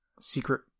secret